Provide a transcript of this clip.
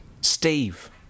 steve